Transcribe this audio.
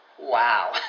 wow